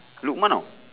lukman ah